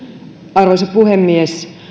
arvoisa puhemies